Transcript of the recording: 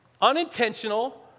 unintentional